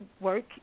work